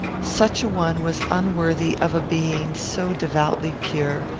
such a one was unworthy of a being so devoutly pure,